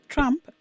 Trump